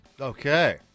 Okay